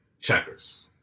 checkers